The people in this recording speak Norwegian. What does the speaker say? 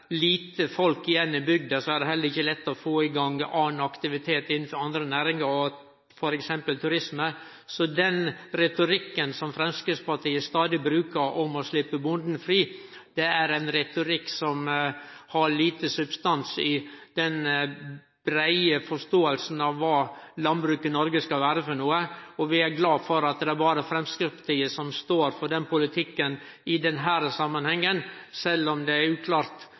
det heller ikkje lett å få i gang annan aktivitet innanfor andre næringar, f.eks. turisme. Den retorikken Framstegspartiet stadig brukar, om å sleppe bonden fri, har lite substans i den breie forståinga av kva landbruk i Noreg skal vere for noko. Vi er glade for at det berre er Framstegspartiet som står for den politikken i denne samanhengen – sjølv om det også er uklart